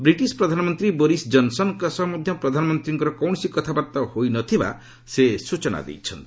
British ପ୍ରଧାନମନ୍ତ୍ରୀ Boris ଜନସନଙ୍କ ସହ ମଧ୍ୟ ପ୍ରଧାନମନ୍ତ୍ରୀଙ୍କର କୌଣସି କଥାବାର୍ତ୍ତା ହୋଇନଥିବା ସେ ସ୍ବଚନା ଦେଇଛନ୍ତି